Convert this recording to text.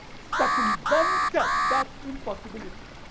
circumvented that impossibility